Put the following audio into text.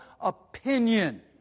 opinion